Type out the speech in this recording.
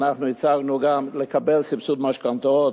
ואנחנו הצענו גם לקבל סבסוד משכנתאות.